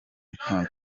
nta